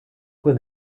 when